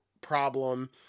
problem